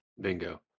Bingo